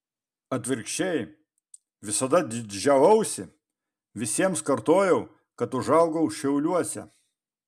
atvirkščiai visada didžiavausi visiems kartojau kad užaugau šiauliuose